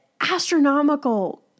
astronomical